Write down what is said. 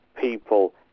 people